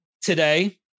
today